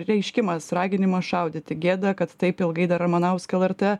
reiškimas raginimas šaudyti gėda kad taip ilgai dar ramanauską lrt